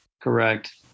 Correct